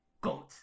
GOAT